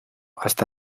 hasta